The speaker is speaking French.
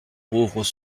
pauvres